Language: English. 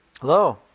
Hello